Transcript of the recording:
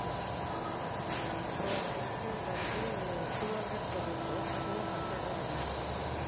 ஆ ஆமாம் சார் அப்புறம் ஐஸ்கிரீம் வந்து டூ ஹண்ட்ரட் சொல்லிருந்தோம் அதுவும் ஹண்ட்ரடாக ரெடியூஸ் பண்ணனும் சார்